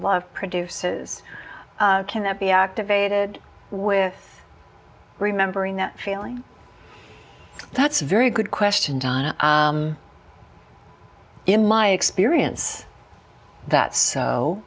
live produces can that be activated with remembering that feeling that's a very good question in my experience that so